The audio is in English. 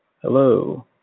Hello